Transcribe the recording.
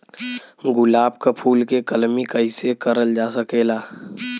गुलाब क फूल के कलमी कैसे करल जा सकेला?